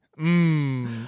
Mmm